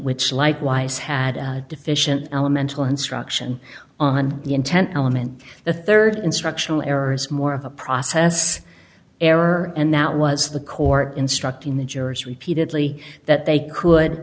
which likewise had deficient elemental instruction on the intent element the rd instructional errors more of a process error and that was the court instructing the jurors repeatedly that they could